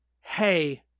hey